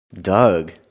Doug